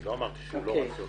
לא אמרתי שהוא לא רציונלי.